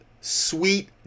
sweet